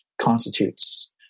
constitutes